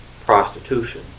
prostitution